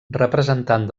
representant